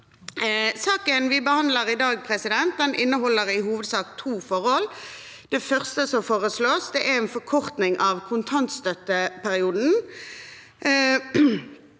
Saken vi behandler i dag, inneholder i hovedsak to forhold. Det første som foreslås, er en forkorting av kontantstøtteperioden